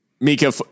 mika